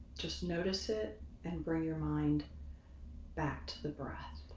just notice it and bring your mind back to the breath.